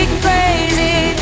crazy